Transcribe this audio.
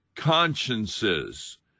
consciences